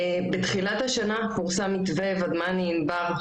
בתחילת השנה פורסם מתווה "ודמני ענבר"